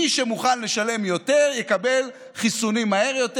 מי שמוכן לשלם יותר יקבל חיסונים מהר יותר,